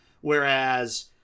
Whereas